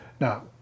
now